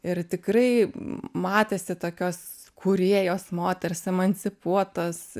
ir tikrai matėsi tokios kūrėjos moters emancipuotos